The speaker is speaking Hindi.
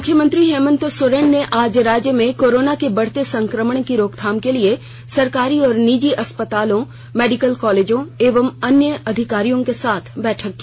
मुख्यमंत्री हेमंत सोरेन ने आज राज्य में कोरोना के बढ़ते संक्रमण की रोकथाम के लिए सरकारी और निजी अस्पतालों मेडिकल कॉलेजों एवं अन्य अधिकारियों के साथ बैठक की